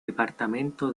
departamento